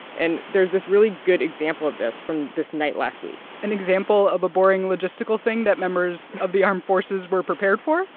and there's this really good example of this from this night last week an example of a boring logistical thing that members of the armed forces were prepared for?